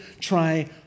try